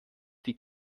die